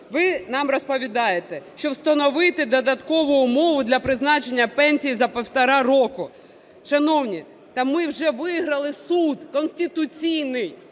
Ви нам розповідаєте, що встановити додаткову умову для призначення пенсії за півтора року. Шановні, та ми вже виграли Суд Конституційний